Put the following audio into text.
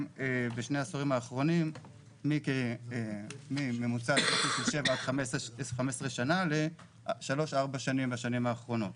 בשני העשורים האחרונים ממוצע של כ-7-15 שנה ל-3-4 שנים בשנים האחרונות.